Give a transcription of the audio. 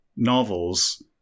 novels